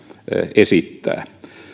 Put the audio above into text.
esittää